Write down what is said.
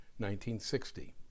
1960